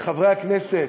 חברי הכנסת,